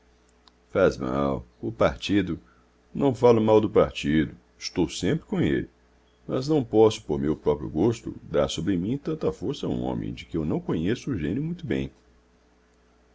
pensar faz mal o partido não falo mal do partido estou sempre com ele mas não posso por meu próprio gosto dar sobre mim tanta força a um homem de que eu não conheço o gênio muito bem